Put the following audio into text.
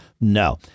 no